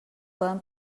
poden